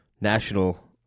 national